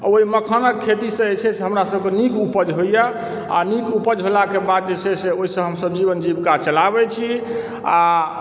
आ ओहि मखानक खेतीसँ जे छै से हमरा सभकेँ नीक उपज होइए आ नीक उपज भेलाके बाद जे छै से ओहिसँ हमसब जीवन जीविका चलाबय छी आ